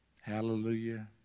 Hallelujah